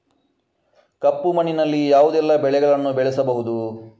ಕಪ್ಪು ಮಣ್ಣಿನಲ್ಲಿ ಯಾವುದೆಲ್ಲ ಬೆಳೆಗಳನ್ನು ಬೆಳೆಸಬಹುದು?